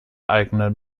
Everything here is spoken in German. eigenen